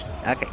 Okay